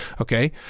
Okay